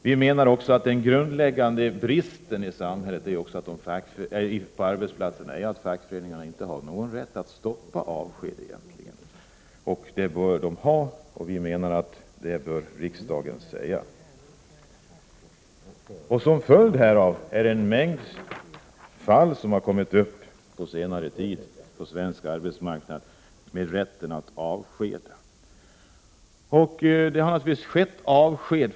Vi menar också att den grundläggande bristen på arbetsplatserna är att fackföreningarna inte har någon rätt att stoppa avskedanden. Det bör de ha, och vi tycker att riksdagen bör uttala sig för det. På senare tid har det kommit upp en mängd fall på den svenska arbetsmarknaden som har gällt rätten att avskeda.